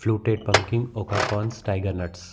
fluted pumpkin oka cons tiger nuts